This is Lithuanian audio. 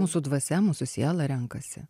mūsų dvasia mūsų siela renkasi